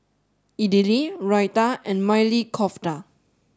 Idili Raita and Maili Kofta